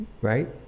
right